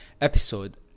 episode